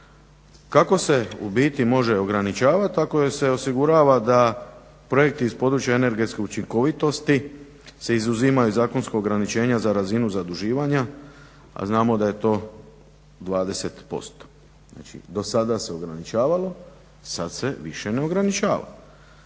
Kako se u biti može ograničavat tako je se osigurava da projekti iz energetske učinkovitosti se izuzimaju iz zakonskog ograničenja za razinu zaduživanja, a znamo da je to 20%. Znači do sada se ograničavalo sada se više ne ograničava.